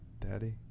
Daddy